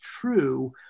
true